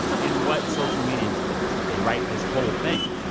and what social media space did they write this whole thing,